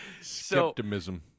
Skepticism